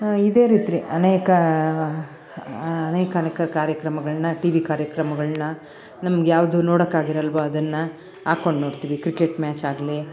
ಇದೇ ರೀತಿ ಅನೇಕ ಅನೇಕ ಅನೇಕ ಕಾರ್ಯಕ್ರಮಗಳನ್ನ ಟಿ ವಿ ಕಾರ್ಯಕ್ರಮಗಳನ್ನ ನಮಗೆ ಯಾವುದು ನೋಡೋಕ್ಕಾಗಿರಲ್ವೊ ಅದನ್ನು ಹಾಕ್ಕೊಂಡು ನೋಡ್ತೀವಿ ಕ್ರಿಕೆಟ್ ಮ್ಯಾಚ್ ಆಗಲಿ